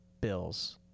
Bills